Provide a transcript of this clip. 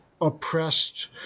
oppressed